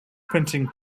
printing